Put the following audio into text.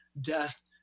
death